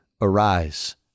Arise